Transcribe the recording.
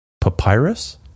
papyrus